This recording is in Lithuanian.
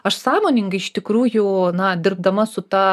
aš sąmoningai iš tikrųjų na dirbdama su ta